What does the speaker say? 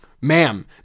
ma'am